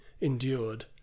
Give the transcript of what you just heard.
endured